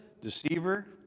Deceiver